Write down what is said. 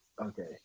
Okay